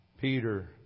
Peter